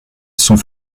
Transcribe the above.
sont